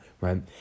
right